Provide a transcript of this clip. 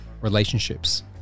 relationships